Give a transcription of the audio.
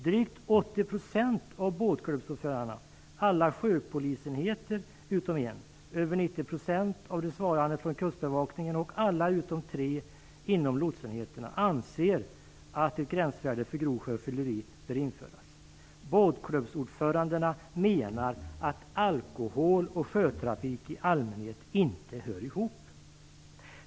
Drygt 80 % av båtklubbsordförandena, alla sjöpolisenheter utom en, över 90 % av de som svarat från Kustbevakningen och alla utom tre inom lotsenheterna anser att ett gränsvärde för grovt sjöfylleri bör införas. Båtklubbsordförandena menar att alkohol och sjötrafik i allmänhet inte hör ihop.